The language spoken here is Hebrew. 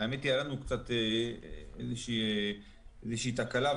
האמת היא שהייתה לנו איזושהי תקלה.